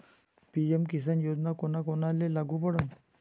PM Kisan योजना कोना कोनाले लागू पडन?